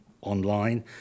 online